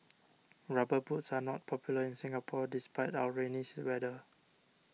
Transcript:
rubber boots are not popular in Singapore despite our rainy weather